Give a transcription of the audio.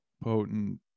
potent